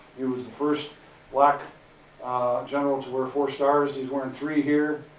he was the first black general to wear four stars. he's wearing three here